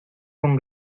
con